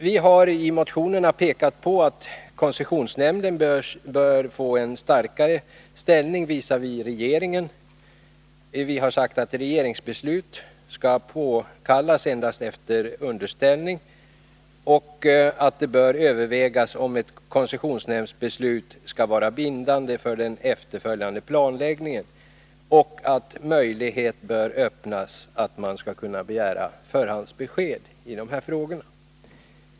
Vi har i motionerna pekat på att koncessionsnämnden bör få en starkare ställning visavi regeringen, att regeringsbeslut skall påkallas endast efter underställning, att det bör övervägas om ett koncessionsnämndsbeslut skall vara bindande för den efterföljande planläggningen och att möjlighet bör öppnas att begära förhandsbesked i de här frågorna.